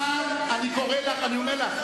אדוני היושב-ראש,